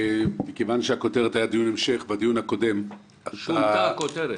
מכיוון שהכותרת הייתה דיון המשך לדיון הקודם --- שונתה הכותרת,